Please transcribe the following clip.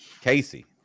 Casey